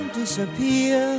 disappear